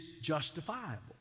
justifiable